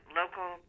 local